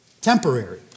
temporary